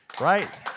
right